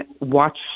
watch